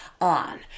on